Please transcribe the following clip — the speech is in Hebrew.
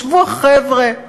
ישבו החבר'ה ואמרו: